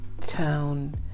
town